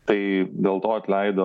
tai dėl to atleido